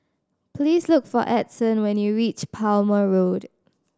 please look for Edson when you reach Palmer Road